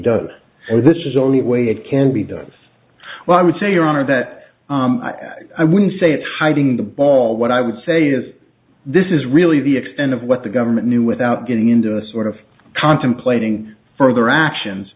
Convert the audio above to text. done or this is only way it can be done well i would say your honor that i wouldn't say it's hiding the ball what i would say is this is really the extent of what the government knew without getting into a sort of contemplating further actions